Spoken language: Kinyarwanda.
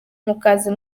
mukaza